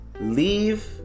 Leave